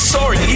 Sorry